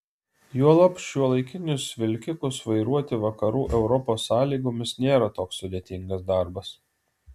juolab šiuolaikinius vilkikus vairuoti vakarų europos sąlygomis nėra toks sudėtingas darbas